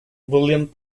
william